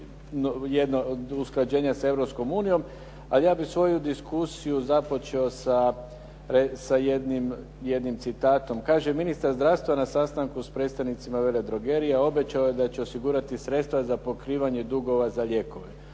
je ovo usklađenje s Europskom unijom. A ja bih svoju diskusiju započeo sa jednim citatom. Kaže ministar zdravstva na sastanku s predstavnicima Vela drogerija obećao je da će osigurati sredstva za pokrivanje dugova za lijekove.